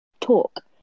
talk